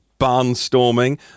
barnstorming